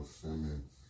Simmons